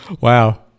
Wow